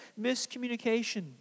miscommunication